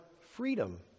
freedom